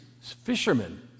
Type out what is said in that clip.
fishermen